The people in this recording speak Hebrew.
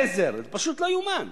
גזר, פשוט לא יאומן.